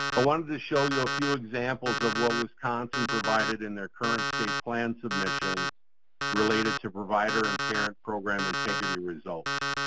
ah wanted to show you a few examples of what wisconsin provided in their current state plan submissions related to provider and parent program integrity results.